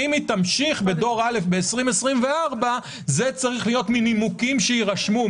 אם היא תמשיך בדור א' ב-2024 זה צריך להיות מנימוקים שיירשמו,